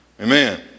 Amen